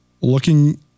looking